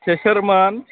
सोरमोन